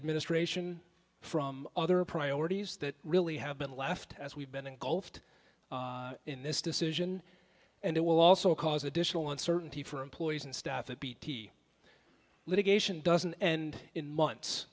administration from other priorities that really have been left as we've been engulfed in this decision and it will also cause additional uncertainty for employees and staff at bt litigation doesn't end in months